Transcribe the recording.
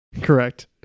Correct